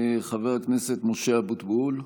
חבר הכנסת משה אבוטבול,